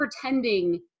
pretending